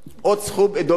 עוד סכום דומה.